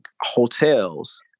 hotels